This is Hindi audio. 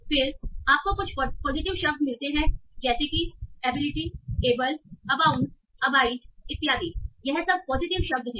फिर आपको कुछ पॉजिटिव शब्द मिलते हैं जैसे कि एबिलिटी एबल अबाउंड अबआइड इत्यादि यह सब पॉजिटिव शब्द हैं